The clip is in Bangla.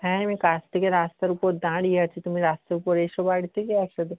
হ্যাঁ আমি কাজ থেকে রাস্তার উপর দাঁড়িয়ে আছি তুমি রাস্তার উপর এসো বাড়িতেই আছো তো